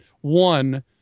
one